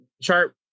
sharp